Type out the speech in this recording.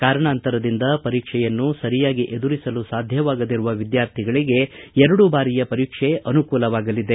ಕಾರಣಾಂತರದಿಂದ ಪರೀಕ್ಷೆಯನ್ನು ಸರಿಯಾಗಿ ಎದುರಿಸಲು ಸಾಧ್ಯವಾಗದಿರುವ ವಿದ್ಯಾರ್ಥಿಗಳಿಗೆ ಎರಡು ಬಾರಿಯ ಪರೀಕ್ಷೆ ಅನುಕೂಲವಾಗಲಿದೆ